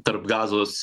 tarp gazos